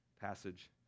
passage